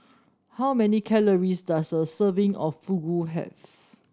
how many calories does a serving of Fugu have